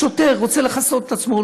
השוטר רוצה לכסות את עצמו.